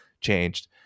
changed